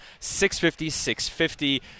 650-650